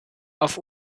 auf